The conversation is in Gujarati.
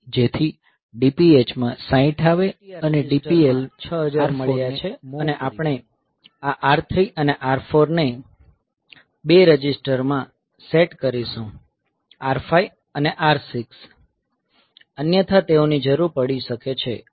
આપણને DPTR રજિસ્ટર માં આ 6000 મળ્યા છે અને આપણે આ R3 અને R4ને 2 રજિસ્ટરમાં પણ સેટ કરીશું R5 અને R6 અન્યથા તેઓની જરૂર પડી શકે છે